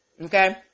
okay